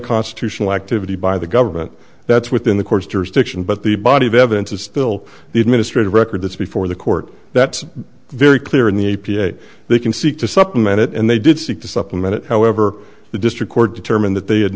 unconstitutional activity by the government that's within the court's jurisdiction but the body of evidence is still the administrative record that's before the court that's very clear in the a p a they can seek to supplement it and they did seek to supplement it however the district court determined that they had